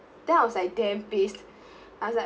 then I was like damn pissed